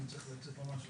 אני צריך לצאת ממש עכשיו.